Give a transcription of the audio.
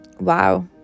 wow